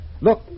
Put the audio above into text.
Look